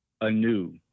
anew